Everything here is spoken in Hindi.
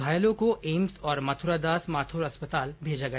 घायलों को एम्स और मथुरादास माथुर अस्पताल भेजा गया